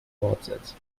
fortsetzt